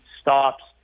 stops